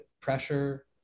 Pressure